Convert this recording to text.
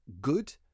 good